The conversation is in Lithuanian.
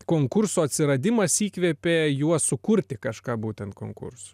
konkurso atsiradimas įkvėpė juos sukurti kažką būtent konkursui